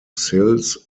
sills